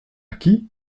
qui